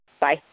Bye